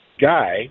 guy